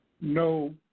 no